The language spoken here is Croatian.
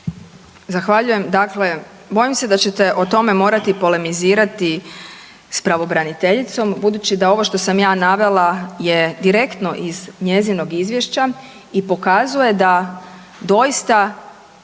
Zahvaljujem. Dakle, bojim se da ćete o tome morati polemizirati s pravobraniteljicom budući da ovo što sam ja navela je direktno iz njezinog izvješća i pokazuje da doista